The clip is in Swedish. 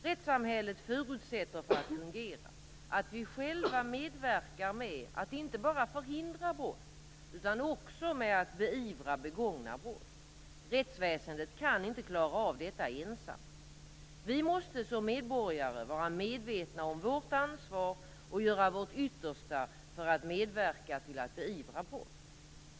Rättssamhället förutsätter för att fungera att vi själva medverkar med att inte bara förhindra brott utan också med att beivra begångna brott. Rättsväsendet kan inte klara av detta ensamt. Vi måste som medborgare vara medvetna om vårt ansvar och göra vårt yttersta för att medverka till att beivra brott.